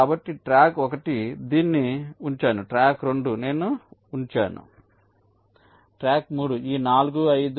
కాబట్టి ట్రాక్ 1 నేను దీన్ని ఉంచాను ట్రాక్ 2 నేను ఉంచాను ట్రాక్ 3 ఈ 4 5